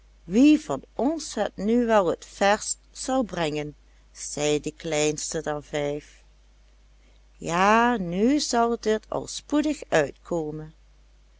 wie van ons het nu wel t verst zal brengen zei de kleinste der vijf ja nu zal dit al spoedig uitkomen